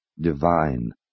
divine